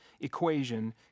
equation